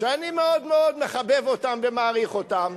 שאני מאוד מאוד מכבד ומעריך אותם,